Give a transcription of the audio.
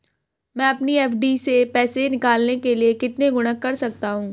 मैं अपनी एफ.डी से पैसे निकालने के लिए कितने गुणक कर सकता हूँ?